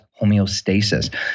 homeostasis